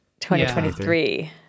2023